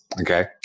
okay